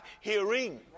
hearing